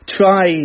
try